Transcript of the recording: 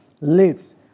lives